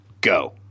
go